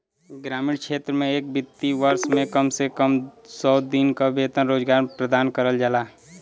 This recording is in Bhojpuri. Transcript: ग्रामीण क्षेत्र में एक वित्तीय वर्ष में कम से कम सौ दिन क वेतन रोजगार प्रदान करल जाला